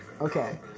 okay